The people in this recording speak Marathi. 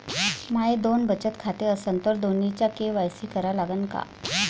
माये दोन बचत खाते असन तर दोन्हीचा के.वाय.सी करा लागन का?